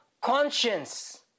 conscience